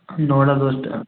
ନଅଟା ଦଶଟା